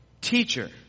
teacher